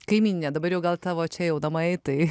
kaimyninė dabar jau gal tavo čia jau namai tai